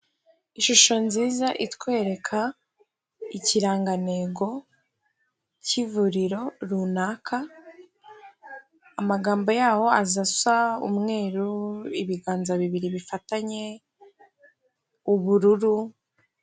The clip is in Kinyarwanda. Ishusho nziza itwereka ikirangantego cy'ivuriro runaka, amagambo yaho aza asa umweru ibiganza bibiri bifatanye ubururu.